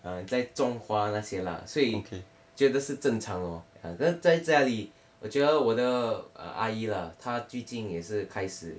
err 在种花那些啦所以觉得是正常咯可是在家里我觉得我的阿姨啦他最近也是开始